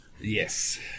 yes